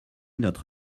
notre